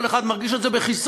כל אחד מרגיש את זה בכיסו.